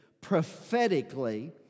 prophetically